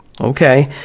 Okay